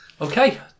Okay